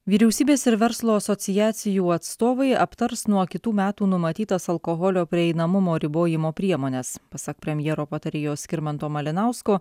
vyriausybės ir verslo asociacijų atstovai aptars nuo kitų metų numatytas alkoholio prieinamumo ribojimo priemones pasak premjero patarėjo skirmanto malinausko